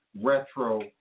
retro